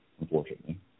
unfortunately